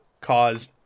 cause